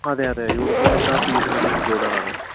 അതെയതെ യൂണിഫോമൊക്കെ ആ ഫീസിൽതന്നെ ഇൻക്ലൂഡഡാണ്